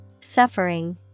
Suffering